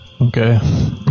Okay